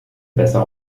besser